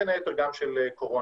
בין היתר גם של קורונה.